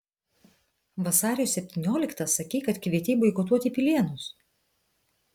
vasario septynioliktą sakei kad kvietei boikotuoti pilėnus